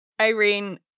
Irene